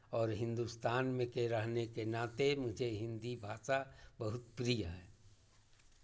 और हिन्दुस्तान में के रहने के नाते मुझे हिन्दी भाषा बहुत प्रिय है